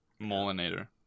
Molinator